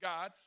God